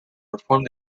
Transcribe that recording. performed